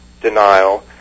denial